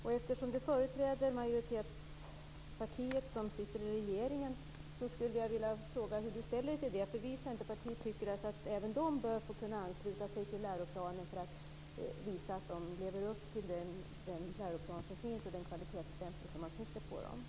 Eftersom Torgny Danielsson företräder majoritetspartiet som sitter i regeringen skulle jag vilja fråga honom hur han ställer sig till det. Vi i Centerpartiet tycker att även de bör få kunna ansluta sig till läroplanen för att visa att de lever upp till den läroplan som finns och den kvalitetsstämpel som man sätter på förskolorna.